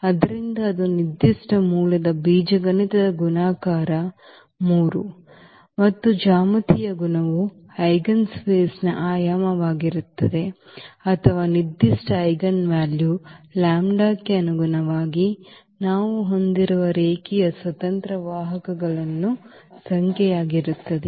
ಆದ್ದರಿಂದ ಅದು ನಿರ್ದಿಷ್ಟ ಮೂಲದ ಬೀಜಗಣಿತದ ಗುಣಾಕಾರ 3 ಮತ್ತು ಜ್ಯಾಮಿತೀಯ ಗುಣವು ಐಜೆನ್ಸ್ಪೇಸ್ನ ಆಯಾಮವಾಗಿರುತ್ತದೆ ಅಥವಾ ನಿರ್ದಿಷ್ಟ ಐಜೆನ್ವಾಲ್ಯೂ ಲ್ಯಾಂಬ್ಡಾಕ್ಕೆ ಅನುಗುಣವಾಗಿ ನಾವು ಹೊಂದಿರುವ ರೇಖೀಯ ಸ್ವತಂತ್ರ ವಾಹಕಗಳ ಸಂಖ್ಯೆಯಾಗಿರುತ್ತದೆ